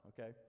okay